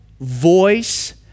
voice